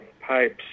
pipes